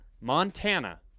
Montana